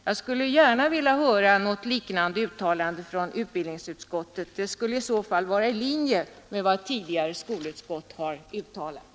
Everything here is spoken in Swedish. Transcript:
Jag skulle gärna vilja höra något liknande uttalande från utbildningsutskottet. Det vore i så fall i linje med vad tidigare skolutskott har ansett.